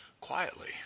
quietly